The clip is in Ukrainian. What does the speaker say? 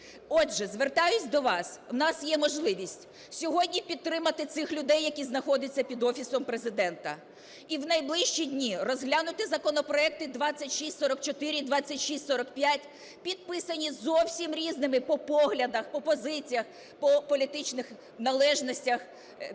Отже, звертаюся до вас. У нас є можливість сьогодні підтримати цих людей, які знаходяться під Офісом Президента. І в найближчі дні розглянути законопроекти 2644 і 2645, підписані зовсім різними по поглядах, по позиціях, по політичних належностях народними